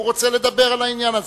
הוא רוצה לדבר על העניין הזה.